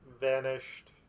vanished